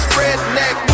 redneck